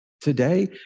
Today